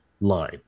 line